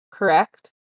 Correct